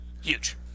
Huge